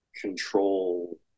control